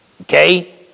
Okay